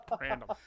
Random